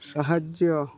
ସାହାଯ୍ୟ